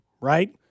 right